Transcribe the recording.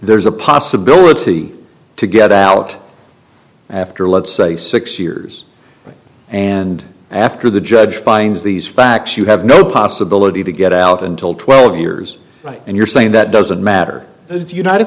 ere's a possibility to get out after let's say six years and after the judge finds these facts you have no possibility to get out until twelve years and you're saying that doesn't matter it's united